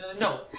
No